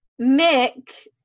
Mick